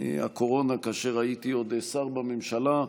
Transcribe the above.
הקורונה, כאשר הייתי עוד שר בממשלה,